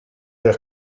der